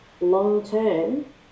long-term